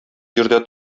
җирдә